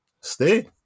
stay